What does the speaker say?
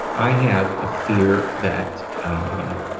i have a fear that, um,